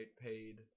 paid